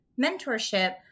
mentorship